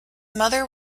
mother